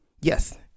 Yes